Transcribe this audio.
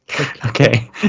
Okay